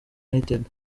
united